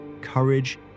courage